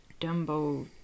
Dumbo